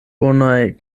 bonaj